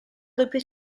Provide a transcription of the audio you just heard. doppia